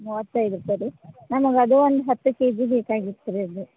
ಮೂವತ್ತೈದು ರೂಪಾಯಿ ರೀ ನಮಗೆ ಅದೂ ಒಂದು ಹತ್ತು ಕೆ ಜಿ ಬೇಕಾಗಿತ್ತು ರೀ ಅದು